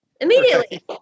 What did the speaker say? immediately